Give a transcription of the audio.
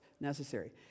necessary